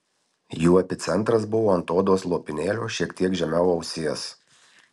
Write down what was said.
jų epicentras buvo ant odos lopinėlio šiek tiek žemiau ausies